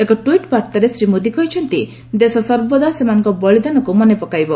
ଏକ ଟ୍ୱିଟ୍ ବାର୍ତ୍ତାରେ ଶ୍ରୀ ମୋଦି କହିଛନ୍ତି ଦେଶ ସର୍ବଦା ସେମାନଙ୍କ ବଳିଦାନକୁ ମନେପକାଇବ